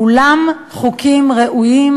כולם חוקים ראויים,